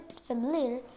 familiar